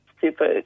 super